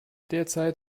derzeit